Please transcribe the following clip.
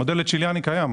המודל הצ'יליאני קיים.